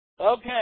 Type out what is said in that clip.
Okay